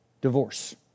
divorce